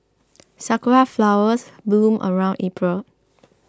sakura flowers bloom around April